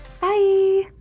Bye